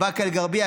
באקה אל-גרבייה,